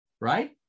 right